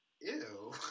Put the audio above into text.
Ew